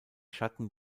schatten